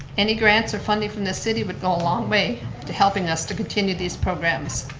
any grants or funding from the city would go a long way to helping us to continue these programs.